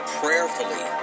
prayerfully